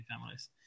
families